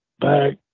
back